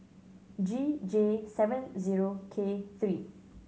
G J seven zero K three